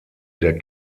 der